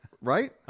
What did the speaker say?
Right